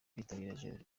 kwitabira